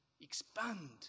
expand